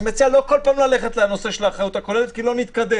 אני מציע לא כל פעם ללכת לנושא של האחריות הכוללת כי לא נתקדם.